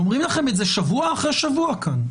אומרים לכם את זה שבוע אחרי שבוע כאן.